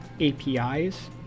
apis